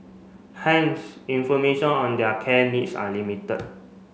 hence information on their care needs are limited